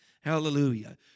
Hallelujah